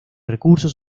recursos